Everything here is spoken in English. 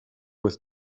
with